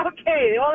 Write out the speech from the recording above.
Okay